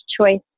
choice